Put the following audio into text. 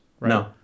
No